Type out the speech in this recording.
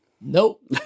Nope